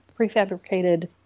prefabricated